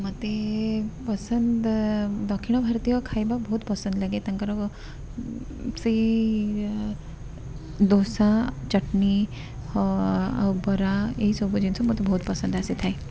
ମୋତେ ପସନ୍ଦ ଦକ୍ଷିଣ ଭାରତୀୟ ଖାଇବା ବହୁତ ପସନ୍ଦ ଲାଗେ ତାଙ୍କର ସେଇ ଦୋସା ଚଟନୀ ଆଉ ବରା ଏଇସବୁ ଜିନିଷ ମୋତେ ବହୁତ ପସନ୍ଦ ଆସିଥାଏ